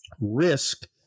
risk